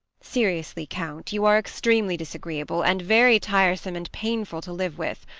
seriously, count you are extremely disagreeable, and very tiresome and painful to live with.